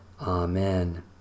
Amen